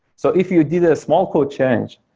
so if you did a small code change,